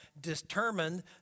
determined